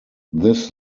this